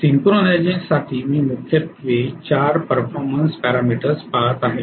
तर सिंक्रोनाइझेशनसाठी मी मुख्यत्वे 4 परफॉर्मन्स पॅरामीटर्स पहात आहे